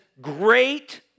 great